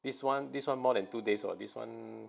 this one this one more than two days oh this one